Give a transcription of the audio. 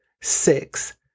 six